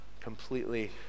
completely